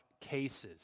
cases